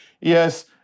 yes-